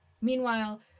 Meanwhile